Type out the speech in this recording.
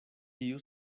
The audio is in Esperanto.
tiu